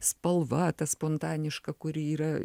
spalva ta spontaniška kuri yra